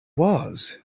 was